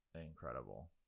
incredible